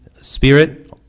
spirit